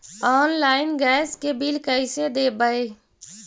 Online gas के bill कैसे देबै?